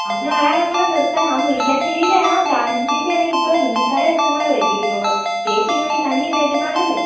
അങ്ങനെ ഒരാളെ കൂടി നിർത്തിയാൽ ആ മുരിക്കാശേരിയിലെ ആ ജാൻസി ചേച്ചി ആമണെങ്കിൽ ഇപ്പോൾ ഹിന്ദിക്കാരെ വച്ച് കൂടെ തയ്പിക്കുന്നത് ചേച്ചി ഇങ്ങനെ തന്നെ തയ്ക്കുനത് കൊണ്ടല്ലേ